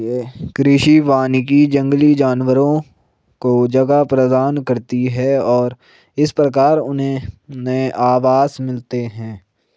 कृषि वानिकी जंगली जानवरों को जगह प्रदान करती है और इस प्रकार उन्हें नए आवास मिलते हैं